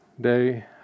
day